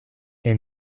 est